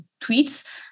tweets